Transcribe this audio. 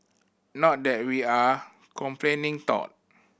not that we are complaining though